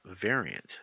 variant